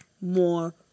more